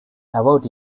about